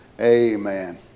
Amen